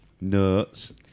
Nuts